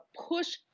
push